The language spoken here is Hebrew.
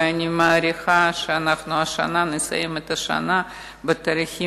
ואני מעריכה שאנחנו נסיים את השנה בהיקפים